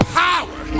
power